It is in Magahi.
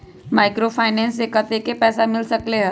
माइक्रोफाइनेंस से कतेक पैसा मिल सकले ला?